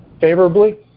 favorably